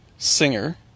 Singer